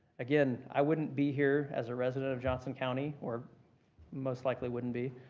again, i wouldn't be here as a resident of johnson county, or most likely wouldn't be,